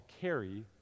carry